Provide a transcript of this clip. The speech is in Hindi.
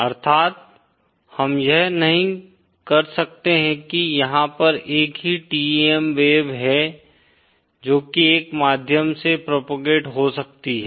अर्थात् हम यह नहीं कर सकते हैं कि यहाँ पर एक ही TEM वेव है जो की एक माध्यम से प्रोपेगेट हो सकती है